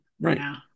right